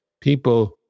people